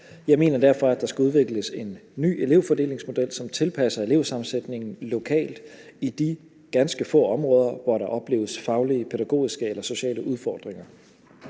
Jeg mener derfor, at der skal udvikles en ny elevfordelingsmodel, som tilpasser elevsammensætningen lokalt i de ganske få områder, hvor der opleves faglige, pædagogiske eller sociale udfordringer.